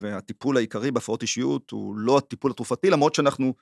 והטיפול העיקרי בהפרעות אישיות הוא לא הטיפול התרופתי למרות שאנחנו...